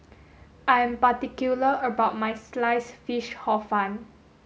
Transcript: I am particular about my sliced fish Hor Fun